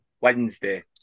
Wednesday